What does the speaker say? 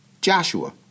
Joshua